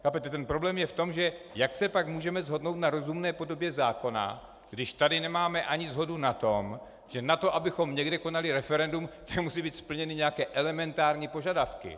Chápete, problém je v tom, že jak se pak můžeme shodnout na rozumné podobě zákona, když tady nemáme ani shodu na tom, že na to, abychom někde konali referendum, musí být splněny nějaké elementární požadavky.